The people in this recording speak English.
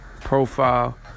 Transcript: profile